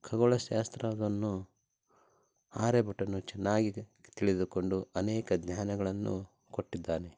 ಖಗೋಳ ಶಾಸ್ತ್ರವನ್ನು ಆರ್ಯಭಟನು ಚೆನ್ನಾಗಿ ತಿಳಿದುಕೊಂಡು ಅನೇಕ ಜ್ಞಾನಗಳನ್ನು ಕೊಟ್ಟಿದ್ದಾನೆ